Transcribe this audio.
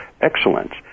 excellence